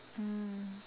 mm